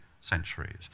centuries